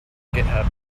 github